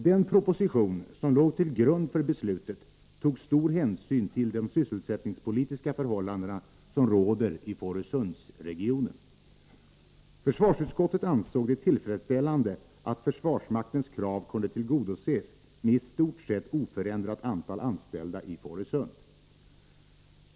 Den proposition som låg till grund för beslutet tog stor hänsyn till de sysselsättningspolitiska förhållanden som råder i Fårösundsregionen. Försvarsutskottet ansåg det tillfredsställande att försvarsmaktens krav kunde tillgodoses med i stort sett oförändrat antal anställda i Fårösund.